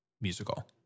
musical